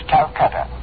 Calcutta